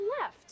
left